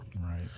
right